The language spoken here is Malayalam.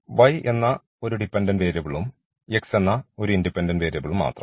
y എന്ന ഒരു ഡിപെൻഡൻറ് വേരിയബിളും x ഒരു ഇൻഡിപെൻഡൻറ് വേരിയബിളും മാത്രം